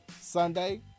Sunday